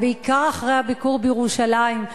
ובעיקר אחרי הביקור בירושלים,